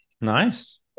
nice